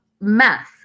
mess